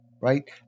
right